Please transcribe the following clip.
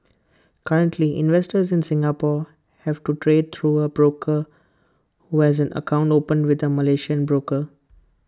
currently investors in Singapore have to trade through A broker who has an account opened with A Malaysian broker